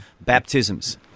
baptisms